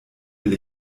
will